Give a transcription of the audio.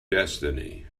destiny